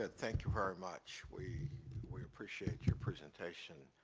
ah thank you very much. we we appreciate your presentation,